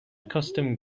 custom